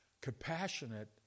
compassionate